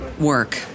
work